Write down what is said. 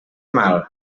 mal